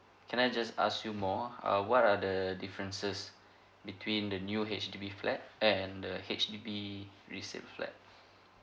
can I just ask you more uh what are the differences between the new H_D_B flat and the H_D_B resale flat